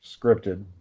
scripted